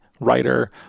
writer